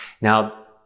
Now